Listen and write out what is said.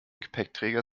gepäckträger